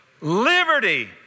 Liberty